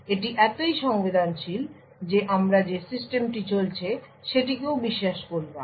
এটি এতই সংবেদনশীল যে আমরা যে সিস্টেমটি চলছে সেটিকেও বিশ্বাস করি না